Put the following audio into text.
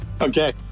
Okay